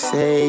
Say